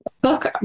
book